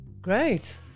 Great